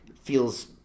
feels